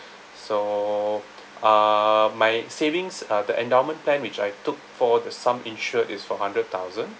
so uh my savings uh the endowment plan which I took for the sum insured is for hundred thousand